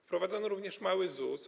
Wprowadzono również mały ZUS.